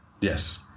Yes